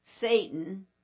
Satan